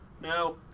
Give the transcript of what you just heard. No